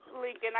Lincoln